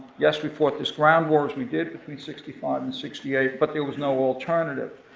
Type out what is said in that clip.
yes we fought this ground war as we did between sixty five and sixty eight, but there was no alternative.